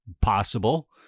possible